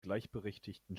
gleichberechtigten